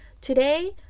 Today